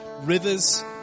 Rivers